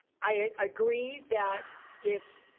i agree that it's,